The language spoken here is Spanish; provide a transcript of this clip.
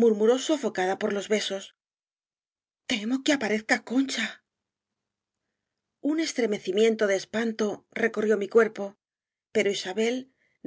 mur muró sofocada por los besos temo que se aparezca concha un estremecimiento de espanto recorrió mi cuerpo pero isabel